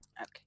Okay